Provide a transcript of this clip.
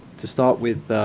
to start with,